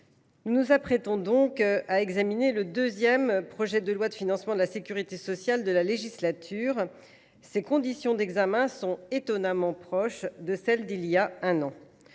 nous nous apprêtons à examiner le deuxième projet de loi de financement de la sécurité sociale de la législature. Or, les conditions de cet examen sont étonnamment proches de celles d’il y a un an.